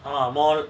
ah mall